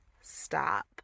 stop